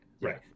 Right